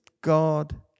God